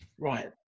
Right